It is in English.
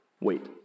wait